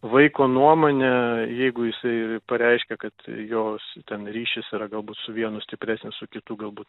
vaiko nuomonė jeigu jisai pareiškė kad jos ten ryšys yra galbūt su vienu stipresnis su kitu galbūt